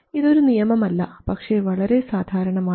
ഇത് ഒരു നിയമം അല്ല പക്ഷേ വളരെ സാധാരണമാണ്